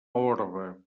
orba